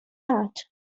art